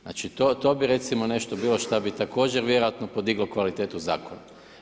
Znači to bi recimo nešto bilo šta bi također vjerojatno podiglo kvalitetu zakona.